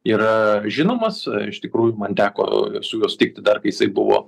yra žinomas iš tikrųjų man teko su juo sutikti dar kai jisai buvo